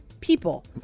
people